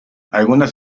algunas